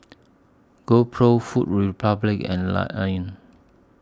GoPro Food Republic and Lion Lion